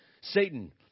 Satan